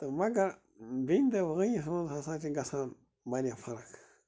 تہٕ مگر بیٚنہِ تہٕ بٲیِس منٛز ہسا چھِ گَژھان وارِیاہ فرق